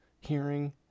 hearing